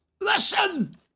Listen